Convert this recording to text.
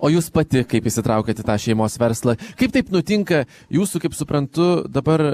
o jūs pati kaip įsitraukėt į tą šeimos verslą kaip taip nutinka jūsų kaip suprantu dabar